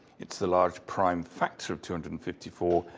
it's the large prime factor of two hundred and fifty four,